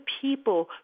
people